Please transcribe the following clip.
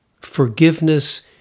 Forgiveness